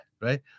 right